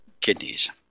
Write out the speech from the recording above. kidneys